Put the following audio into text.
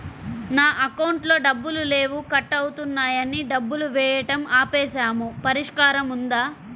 నా అకౌంట్లో డబ్బులు లేవు కట్ అవుతున్నాయని డబ్బులు వేయటం ఆపేసాము పరిష్కారం ఉందా?